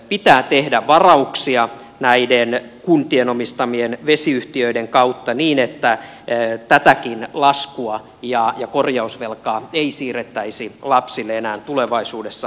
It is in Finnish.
pitää tehdä varauksia näiden kuntien omistamien vesiyhtiöiden kautta niin että tätäkin laskua ja korjausvelkaa ei siirrettäisi lapsille enää tulevaisuudessa